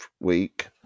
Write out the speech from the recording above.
week